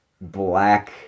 Black